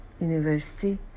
University